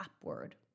upward